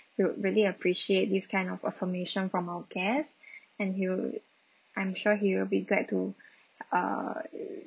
will really appreciate this kind of affirmation from our guest and he'll I'm sure he will be glad to err